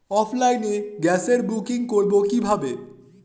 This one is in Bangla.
অফলাইনে গ্যাসের বুকিং করব কিভাবে?